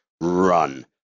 run